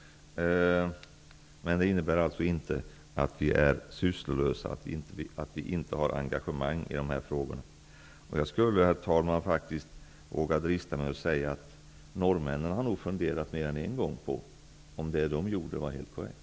Men det innebär inte att vi är sysslolösa och inte har engagemang i dessa frågor. Jag skulle vilja drista mig till att säga, herr talman, att norrmännen mer än en gång har funderat på om det de gjorde var helt korrekt.